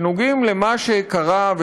שנוגעים במה שקרה,